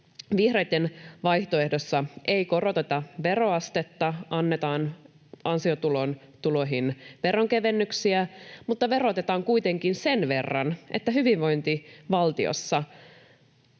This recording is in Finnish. Vihreitten vaihtoehdossa ei koroteta veroastetta. Annetaan ansiotuloihin veronkevennyksiä, mutta verotetaan kuitenkin sen verran, että hyvinvointivaltiossa